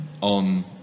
on